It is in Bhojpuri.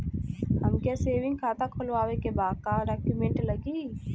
हमके सेविंग खाता खोलवावे के बा का डॉक्यूमेंट लागी?